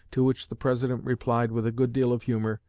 to which the president replied with a good deal of humor,